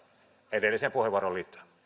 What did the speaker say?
edelliseen puheenvuoroon